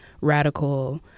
radical